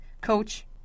coach